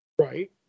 Right